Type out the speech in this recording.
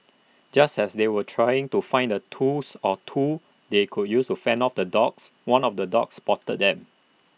just as they were trying to find A tools or two they could use to fend off the dogs one of the dogs spotted them